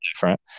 different